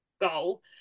goal